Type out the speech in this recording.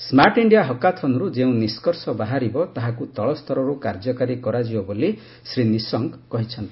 ସ୍କାର୍ଟ India ହକାଥନରୁ ଯେଉଁ ନିଷ୍କର୍ଷ ବାହାରିବ ତାହାକୁ ତଳସ୍ତରରୁ କାର୍ଯ୍ୟକାରୀ କରାଯିବ ବୋଲି ଶ୍ରୀ ନିଶଙ୍କ କହିଛନ୍ତି